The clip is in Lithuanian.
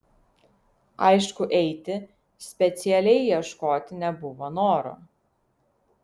aišku eiti specialiai ieškoti nebuvo noro